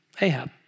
Ahab